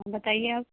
بتائیے آپ